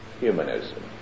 humanism